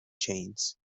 chains